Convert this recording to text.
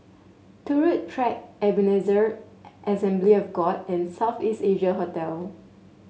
Turut Track Ebenezer Assembly of God and South East Asia Hotel